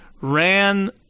ran